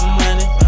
money